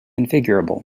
configurable